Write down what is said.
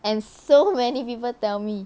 and so many people tell me